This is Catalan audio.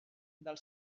del